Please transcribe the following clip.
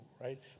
right